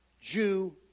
Jew